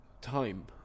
time